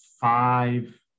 five